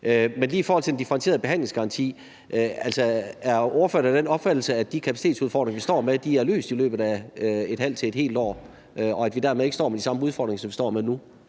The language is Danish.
Men lige i forhold til den differentierede behandlingsgaranti vil jeg spørge: Er ordføreren af den opfattelse, at de kapacitetsudfordringer, vi står med, er løst i løbet af et halvt til et helt år, og at vi dermed ikke står med de samme udfordringer dér, som vi står med nu?